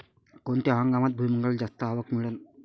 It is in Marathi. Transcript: कोनत्या हंगामात भुईमुंगाले जास्त आवक मिळन?